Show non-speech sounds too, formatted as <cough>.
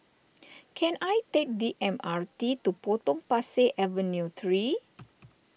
<noise> can I take the M R T to Potong Pasir Avenue three